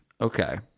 Okay